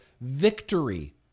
victory